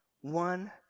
one